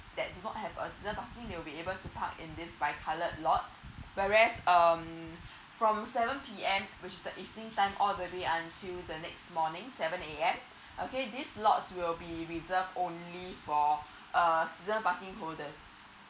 that do not have a season parking they will be able to park in this bi coloured lots whereas um from seven P_M which is the evening time all the way until the next morning seven A_M okay this lots will be reserved only for a season parking holders